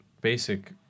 basic